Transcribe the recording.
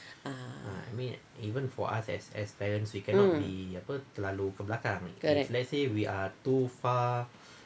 ah um correct